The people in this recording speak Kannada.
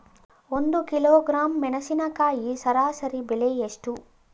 ಒಂದು ಕಿಲೋಗ್ರಾಂ ಮೆಣಸಿನಕಾಯಿ ಸರಾಸರಿ ಬೆಲೆ ಎಷ್ಟು?